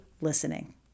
listening